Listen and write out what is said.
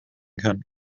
kann